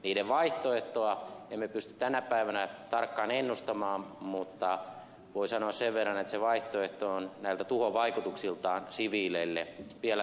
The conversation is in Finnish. niiden vaihtoehtoa emme pysty tänä päivänä tarkkaan ennustamaan mutta voin sanoa sen verran että se vaihtoehto on näiltä tuhovaikutuksiltaan siviileille vielä tuhoisampi